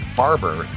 barber